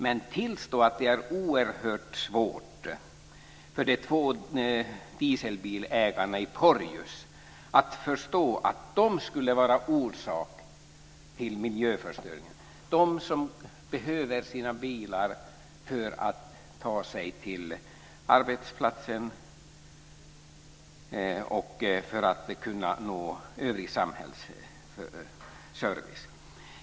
Men tillstå att det är oerhört svårt för de två dieselbilägarna i Porjus att förstå att de skulle vara orsak till miljöförstöringen - de som behöver sina bilar för att ta sig till arbetsplatsen och för att kunna nå övrig samhällsservice.